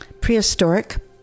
prehistoric